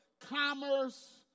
commerce